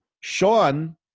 Sean